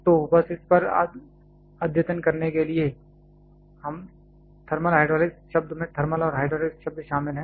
तो बस इस पर अद्यतन करने के लिए थर्मल हाइड्रोलिक्स शब्द में थर्मल और हाइड्रोलिक्स शब्द शामिल हैं